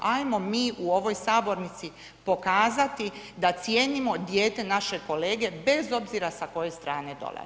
Hajmo mi u ovoj sabornici pokazati da cijenimo dijete našeg kolege bez obzira sa koje strane dolazi.